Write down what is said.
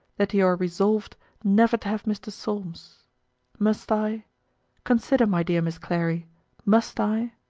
that you are resolved never to have mr. solmes must i consider, my dear miss clary must i?